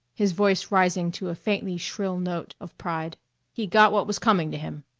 his voice rising to a faintly shrill note of pride he got what was coming to him!